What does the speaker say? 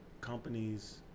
companies